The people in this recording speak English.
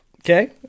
Okay